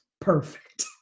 perfect